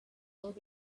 though